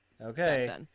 Okay